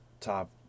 top